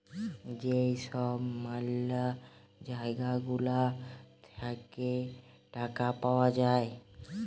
যেই সব ম্যালা জায়গা গুলা থাকে টাকা পাওয়া যায়